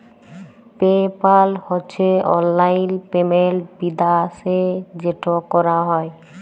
pay পাল হছে অললাইল payment বিদ্যাশে যেট ক্যরা হ্যয়